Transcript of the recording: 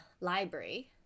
library